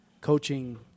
coaching